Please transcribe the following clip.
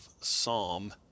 psalm